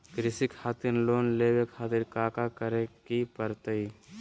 कृषि खातिर लोन लेवे खातिर काका करे की परतई?